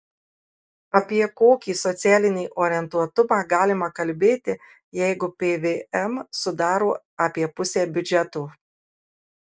apie kokį socialinį orientuotumą galima kalbėti jeigu pvm sudaro apie pusę biudžeto